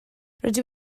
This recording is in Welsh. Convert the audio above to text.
rydw